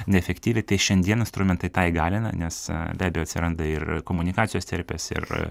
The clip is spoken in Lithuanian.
neefektyviai tai šiandien instrumentai tą įgalina nes be abejo atsiranda ir komunikacijos terpės ir